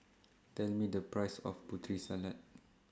Tell Me The Price of Putri Salad